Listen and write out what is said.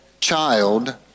child